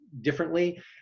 differently